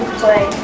play